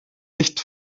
nicht